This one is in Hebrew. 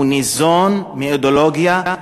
הוא ניזון מאידיאולוגיה,